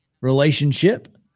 relationship